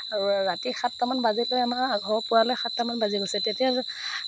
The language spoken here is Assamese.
আৰু ৰাতি সাতটামান বাজিলে আমাৰ ঘৰ পোৱালৈ সাতটামান বাজি গৈছে তেতিয়া